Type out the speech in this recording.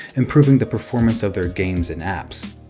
improving the performance of their games and apps.